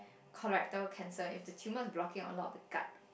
colorectal cancer if the tumour is blocking a lot of the gut